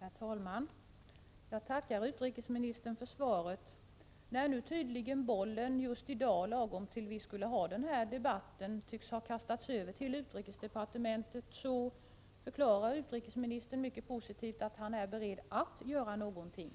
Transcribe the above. Herr talman! Jag tackar utrikesministern för svaret. När nu bollen just i dag, lagom till dess att vi skulle ha den här debatten, tycks ha kastats över till utrikesdepartementet förklarar utrikesministern mycket positivt att han är beredd att göra någonting.